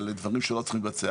על דברים שלא צריך לבצע.